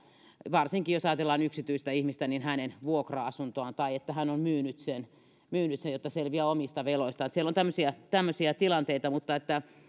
varsinkin jos ajatellaan yksityistä ihmistä hänen vuokra asuntoaan tai että hän on myynyt sen jotta selviää omista veloistaan siellä on tämmöisiä tämmöisiä tilanteita mutta